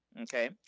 Okay